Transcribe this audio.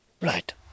Right